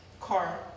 car